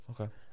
Okay